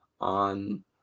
on